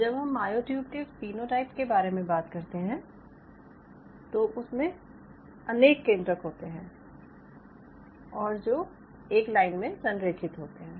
जब हम मायोट्यूब के फीनोटाइप के बारे में बात करते हैं तो उसमें अनेक केन्द्रक होते हैं और जो एक लाइन में संरेखित होते हैं